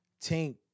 Tink